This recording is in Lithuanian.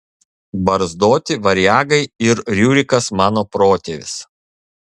barzdoti variagai ir riurikas mano protėvis